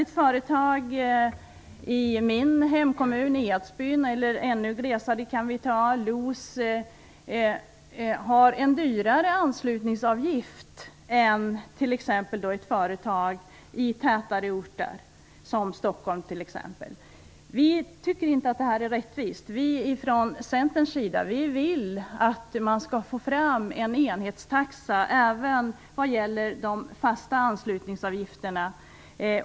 Ett företag i min hemkommun, Edsbyn - eller i Los, som är ännu glesare - har högre anslutningsavgift än företag på tätare orter, t.ex. i Stockholm. Vi i Centern tycker inte att det är rättvist. Vi vill därför få fram en enhetstaxa även vad gäller fasta anslutningsavgifter.